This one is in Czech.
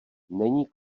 není